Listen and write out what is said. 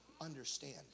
understand